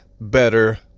better